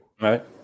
Right